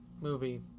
movie